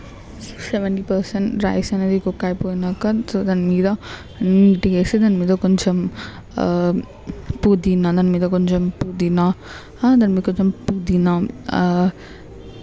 seventy percent rice అనేది cook అయిపోయినాక so దానిమీద నీట్గా వేసి దాని మీద కొంచం పుదీనా దాని మీద కొంచం పుదీనా దాని మీద కొంచం పుదీనా